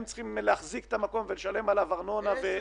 הם צריכים להחזיק את המקום ולשלם עליו ארנונה.